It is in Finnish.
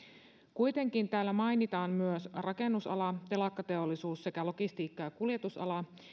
kuitenkin täällä mainitaan myös rakennusala telakkateollisuus sekä logistiikka ja kuljetusala